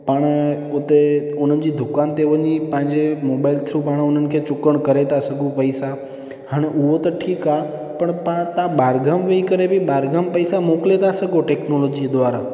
पाण उते उन्हनि जी दुकान ते वञी पंहिंजे मोबाइल थ्रू पाण उन्हनि खे चुकण करे था सघूं पैसा हाणे उहो त ठीकु आहे पर तव्हां ॿाहिरि ॻाम वही करे बि ॿाहिरि ॻाम पैसा मोकिले था सघो टेक्नोलोजी जे द्वारा